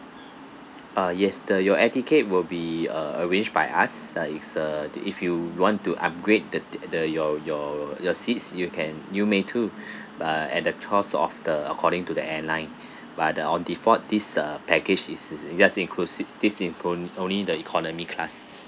uh yes the your air ticket will be uh arranged by us uh is a the if you want to upgrade the the your your your seats you can you may too uh at the choice of the according to the airline by the on default this uh package is is is just inclusive this inclu~ only the economy class